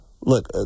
Look